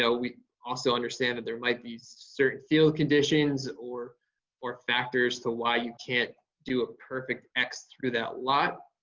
so we also understand that they're might be certain field conditions or or factors to why you can't do a perfect x through that lot.